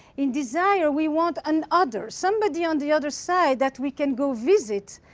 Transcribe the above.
in desire, we want an other, somebody on the other side that we can go visit,